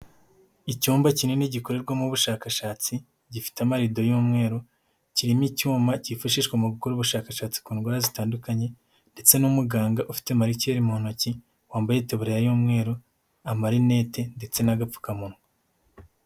Icyumba kinini gikorerwamo ubushakashatsi, gifite amarido y'umweru, kirimo icyuma cyifashishwa mu gukora ubushakashatsi ku ndwara zitandukanye ndetse n'umuganga ufite marikere mu ntoki, wambaye itaburiya y'umweru, amarinete ndetse n'agapfukamunwa.